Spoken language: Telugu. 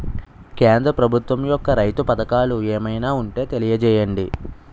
కేంద్ర ప్రభుత్వం యెక్క రైతు పథకాలు ఏమైనా ఉంటే తెలియజేయండి?